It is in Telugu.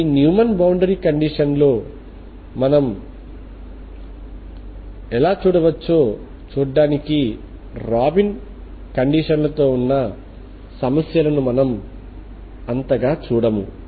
ఈ న్యూమన్ బౌండరీ కండిషన్ లో మనం ఎలా చూడవచ్చో చూడడానికి రాబిన్ కండిషన్ తో ఉన్న సమస్యలను మనం అంతగా చూడము